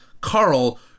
Carl